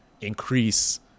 increase